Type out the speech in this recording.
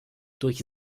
durch